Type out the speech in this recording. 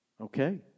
okay